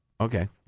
Okay